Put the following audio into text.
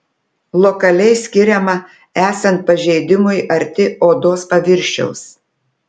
lokaliai skiriama esant pažeidimui arti odos paviršiaus